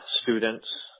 students